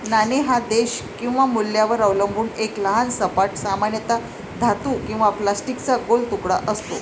नाणे हा देश किंवा मूल्यावर अवलंबून एक लहान सपाट, सामान्यतः धातू किंवा प्लास्टिकचा गोल तुकडा असतो